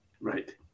Right